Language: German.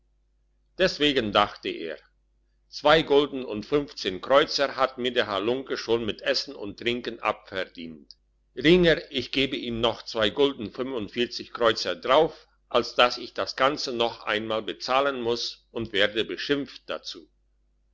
deswegen dachte er zwei gulden und fünfzehn kreuzer hat mir der halunke schon mit essen und trinken abverdient ringer ich gebe ihm noch zwei gulden fünfundvierzig kreuzer drauf als dass ich das ganze noch einmal bezahlen muss und werde beschimpft dazu